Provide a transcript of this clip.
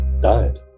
died